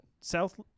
South